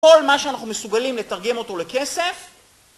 כל מה שאנחנו מסוגלים לתרגם אותו לכסף